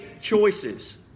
choices